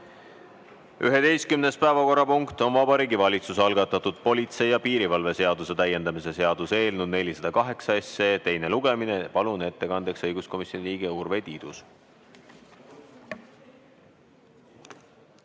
päevakorrapunkt on Vabariigi Valitsuse algatatud politsei ja piirivalve seaduse täiendamise seaduse eelnõu 408 teine lugemine. Palun ettekandjaks õiguskomisjoni liikme Urve Tiiduse.